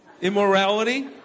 Immorality